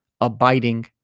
abiding